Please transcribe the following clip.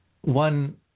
One